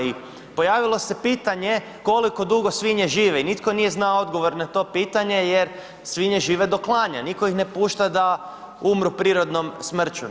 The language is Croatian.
I pojavilo se pitanje koliko dugo svinje žive i nitko nije znao odgovor na to pitanje jer svinje žive do klanja, nitko ih ne pušta da umru prirodnom smrću.